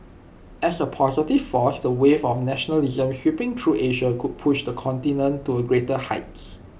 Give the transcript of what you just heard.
as A positive force the wave of nationalism sweeping through Asia could push the continent to greater heights